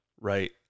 Right